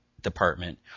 department